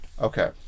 Okay